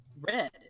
red